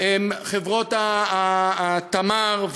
חברות "תמר",